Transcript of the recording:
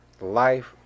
life